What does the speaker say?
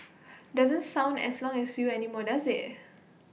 doesn't sound as long as you anymore does IT